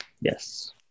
Yes